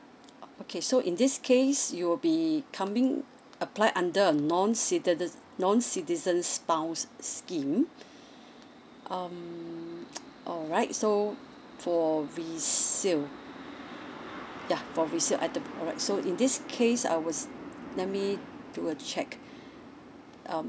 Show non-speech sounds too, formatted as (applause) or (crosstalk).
uh okay so in this case you will be coming apply under a non citiz~ non citizen spouse scheme um (noise) alright so for resale ya for resale I think alright so in this case I was let me do a check um